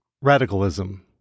Radicalism